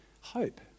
hope